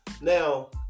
Now